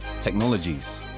technologies